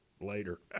later